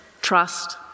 trust